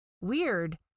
weird